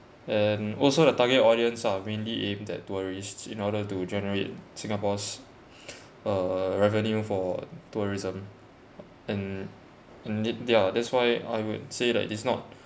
and also the target audience are mainly aimed at tourists in order to generate singapore's uh revenue for tourism and indeed yeah that's why I would say that it's not